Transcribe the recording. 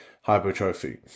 hypertrophy